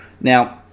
now